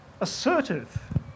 assertive